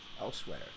elsewhere